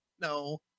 No